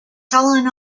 sullen